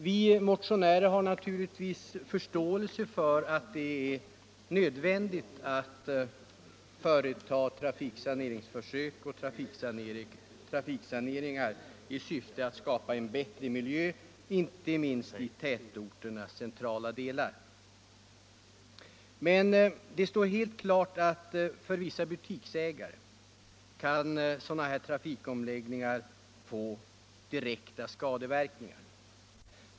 Vi motionärer har naturligtvis förståelse för att det är nödvändigt att företa trafikplaneringsförsök och trafiksaneringar i syfte att skapa en bättre miljö inte minst i tätorternas centrala delar. Men det står helt klart att för vissa butiksägare kan sådana trafikomläggningar få direkta skadeverkningar.